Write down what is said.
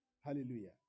hallelujah